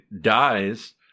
dies